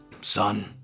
son